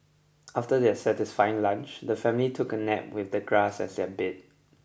after their satisfying lunch the family took a nap with the grass as their bed